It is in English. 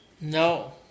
No